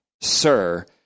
Sir